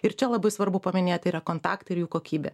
ir čia labai svarbu paminėt tai yra kontaktai ir jų kokybė